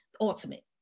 ultimate